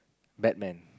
batman